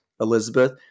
Elizabeth